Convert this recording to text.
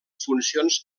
funcions